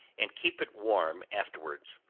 and keep it warm afterwards.